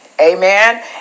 Amen